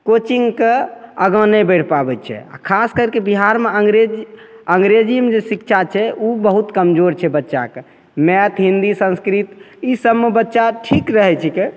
कोचिन्गके आगाँ नहि बढ़ि पाबै छै आओर खास करिके बिहारमे अन्गरेज अन्गरेजीमे जे शिक्षा छै ओ बहुत कमजोर छै बच्चाके मैथ हिन्दी संस्कृत ई सबमे बच्चा ठीक रहै छिकै